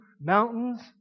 mountains